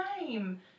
name